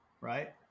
right